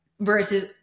versus